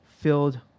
filled